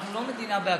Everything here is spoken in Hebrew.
אנחנו לא מדינה בהקמה.